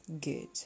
good